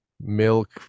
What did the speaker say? milk